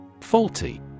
Faulty